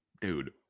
dude